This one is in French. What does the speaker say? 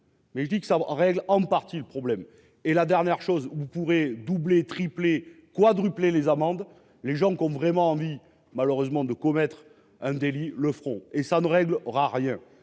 Mais je dis que ça règle en partie le problème et la dernière chose vous pourrez doubler, tripler, quadrupler les amendes les gens qui ont vraiment envie malheureusement de commettre un délit. Le front et ça ne règle aura rien.